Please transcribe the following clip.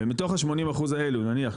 ומתוך ה-80% האלו נניח,